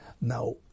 Now